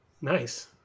Nice